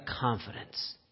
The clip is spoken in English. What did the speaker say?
confidence